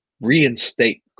reinstate